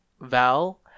Val